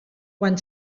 quan